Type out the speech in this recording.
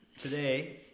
today